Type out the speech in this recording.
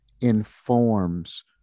informs